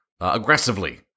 aggressively